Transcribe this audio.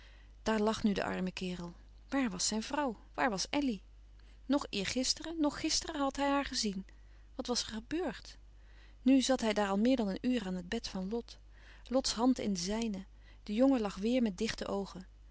daar lag nu de arme kerel waar was zijn vrouw waar was elly noch eergisteren noch gisteren had hij haar gezien wat was er gebeurd nu zat hij daar al meer dan een uur aan het bed van lot lots hand in de zijne de jongen lag weêr met dichte oogen